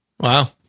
Wow